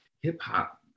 hip-hop